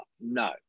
no